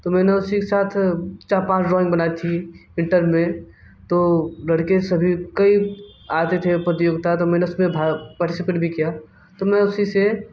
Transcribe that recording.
तो मैंने उसी के साथ चार पाँच ड्राॅइंग बनाई थी इंटर में तो लड़के सभी कई आते थे प्रतियोगिता तो मैंने उसमें भा पार्टिसिपेट भी किया तो मैं उसी से